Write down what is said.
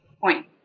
point